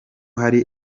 hari